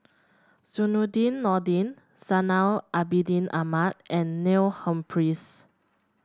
Zainudin Nordin Zainal Abidin Ahmad and Neil Humphreys